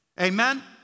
Amen